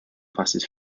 passes